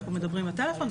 אנחנו מדברים בטלפון,